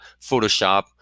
Photoshop